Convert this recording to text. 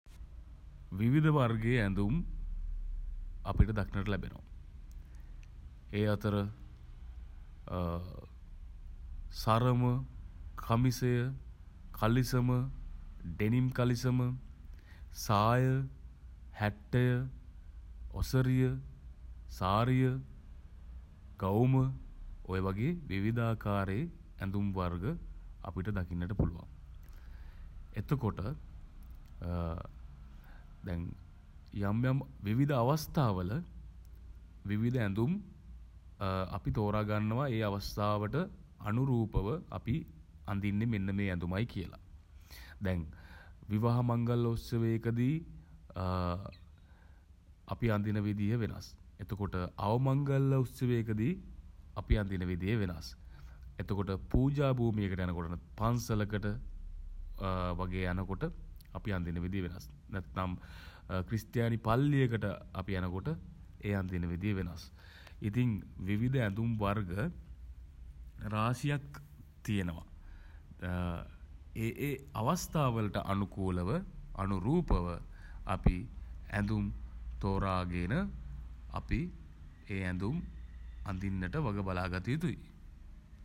විවිධ වර්ගයේ ඇඳුම් අපිට දක්නට ලැබෙනවා. ඒ අතර සරම කමිසය කලිසම ඩෙනිම් කලිසම සාය හැට්ටය ඔසරිය සාරිය ගවුම ඔය වගේ විවිධාකාරයේ ඇඳුම් වර්ග අපිට දකින්නට පුළුවන්. එතකොට දැන් යම් යම් විවිධ අවස්ථා වල විවිධ ඇඳුම් අපි තෝරා ගන්නවා ඒ අවස්ථාවට අනුරූපව අපි අඳින්නේ මෙන්න මේ ඇඳුමයි කියලා. දැන් විවාහ මංගල උත්සවයකදී අපි අඳින විදිය වෙනස්. එතකොට අවමංගල්‍ය උත්සවයකදී අපි අඳින විදිය වෙනස්. එතකොට අවමංගල්‍ය උත්සවයකදී අපි අඳින විදිය වෙනස්. එතකොට පූජා භූමියකට යනකොට පන්සලකට වගේ යනකොට අපි අඳින විදිය වෙනස්. නැත්නම් ක්‍රිස්තියානි පල්ලියකට අපි යනකොට ඒ අඳින විදිය වෙනස්. ඉතින් විවිධ ඇඳුම් වර්ග රාශියක් තියෙනවා. ඒ ඒ අවස්ථාවලට අනුකූලව අනුරූපව අපි ඇඳුම් තෝරාගෙන අපි ඒ ඇඳුම් අඳින්නට වගබලා ගත යුතුයි.